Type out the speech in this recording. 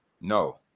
No